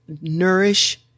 nourish